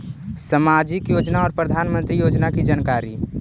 समाजिक योजना और प्रधानमंत्री योजना की जानकारी?